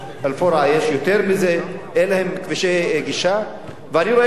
באל-פורעה יש יותר מזה, אין להם כבישי גישה.